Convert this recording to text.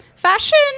Fashion